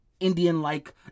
Indian-like